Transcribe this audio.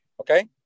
Okay